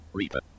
Reaper